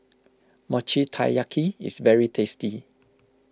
Mochi Taiyaki is very tasty